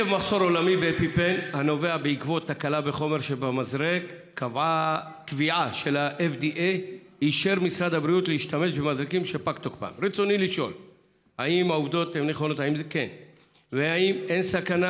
סגן שר במשרדו שיענה על שאילתות, ולא נטריח